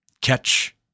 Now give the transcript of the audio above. catch